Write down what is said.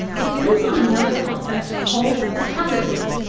it builds on another concept called the habit loop,